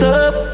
up